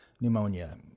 pneumonia